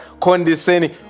condescending